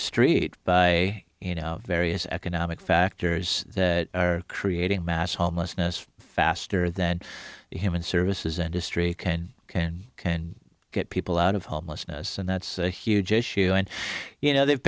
street by you know various economic factors that are creating mass homelessness faster than the human services industry can get people out of homelessness and that's a huge issue and you know they've